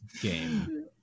game